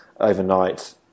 Overnight